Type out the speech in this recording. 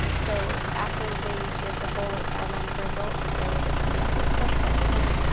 so, after they did the whole ah guideline for adults, there was a pediatric subsection.